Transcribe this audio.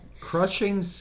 Crushing